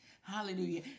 hallelujah